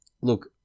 look